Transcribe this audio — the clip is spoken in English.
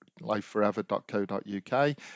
lifeforever.co.uk